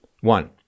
One